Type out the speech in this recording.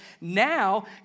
now